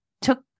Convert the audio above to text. took